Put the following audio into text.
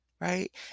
right